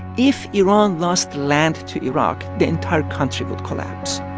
if iran lost land to iraq, the entire country would collapse